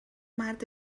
مرد